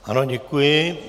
Ano, děkuji.